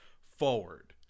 forward